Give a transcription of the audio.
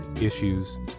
issues